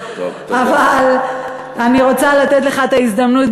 אבל אני רוצה לתת לך את ההזדמנות,